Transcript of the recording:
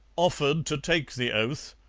offered to take the oath,